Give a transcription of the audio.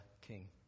King